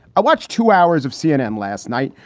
i watched two hours of cnn last night.